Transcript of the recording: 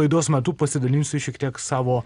laidos metu pasidalinsiu šiek tiek savo